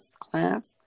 class